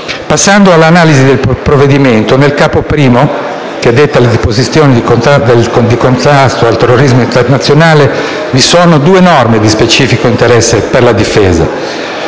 Passando all'analisi del provvedimento, al capo I, che detta disposizioni di contrasto al terrorismo internazionale, vi sono due norme di specifico interesse per la Difesa.